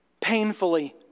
Painfully